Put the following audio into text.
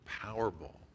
Powerball